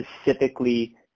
specifically